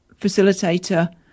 facilitator